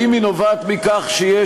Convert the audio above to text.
האם היא נובעת מכך שיש,